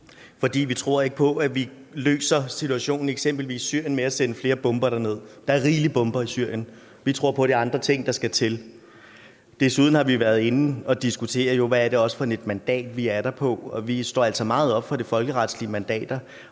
fordi vi ikke tror på, at vi løser situationen i eksempelvis Syrien ved at sende flere bomber derned; der er rigeligt med bomber i Syrien. Vi tror på, at det er andre ting, der skal til. Desuden har vi været inde og diskutere, hvad det er for et mandat, vi er der på, og vi står altså meget op for de folkeretslige mandater,